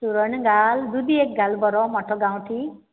सुरण घाल दुदी एक घाल बरो मोठो गांवठी